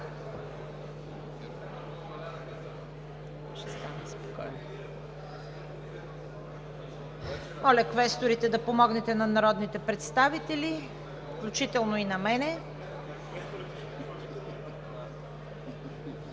Моля, квесторите, да помогнете на народните представители, включително и на мен